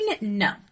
No